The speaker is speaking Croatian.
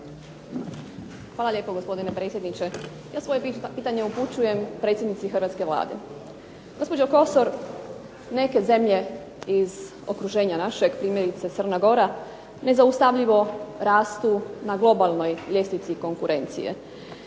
Hvala lijepo gospodine predsjedniče. Ja svoje pitanje upućujem predsjednici hrvatske Vlade. Gospođo Kosor, neke zemlje iz okruženja našeg primjerice Crna Gora nezaustavljivo rastu na globalnoj ljestvici konkurencije.